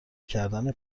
کردن